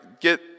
get